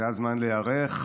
זה הזמן להיערך,